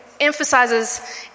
emphasizes